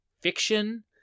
fiction